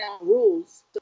rules